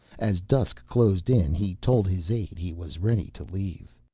as dusk closed in, he told his aide he was ready to leave.